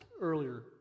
earlier